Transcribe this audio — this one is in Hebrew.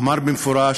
אמר במפורש,